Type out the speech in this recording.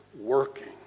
working